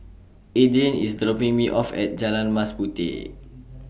Adrien IS dropping Me off At Jalan Mas Puteh